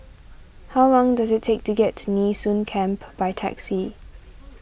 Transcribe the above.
how long does it take to get to Nee Soon Camp by taxi